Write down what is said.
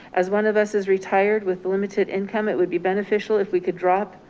as one of us is retired with limited income, it would be beneficial if we could drop.